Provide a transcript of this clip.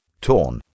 Torn